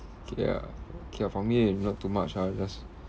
kay ah okay ah for me not too much ah just